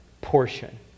portion